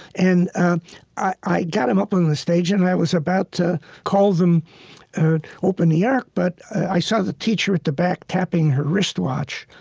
and i got them up on the stage, and i was about to call them open the ark, but i saw the teacher at the back tapping her wristwatch,